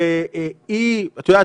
את-יודעת,